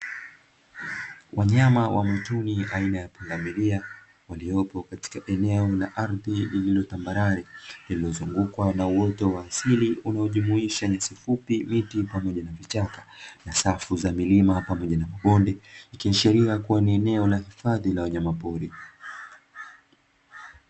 Wanyama wa mwituni aina ya pundamilia waliopo katika eneo la ardhi lililotambarare, lililozungukwa na uoto wa asili unaojumuisha nyasu fupi, miti pamoja na vichaka na safu za milima; ikiashiria kuwa ni eneo la hifadhi la wanyamapori.